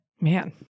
Man